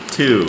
Two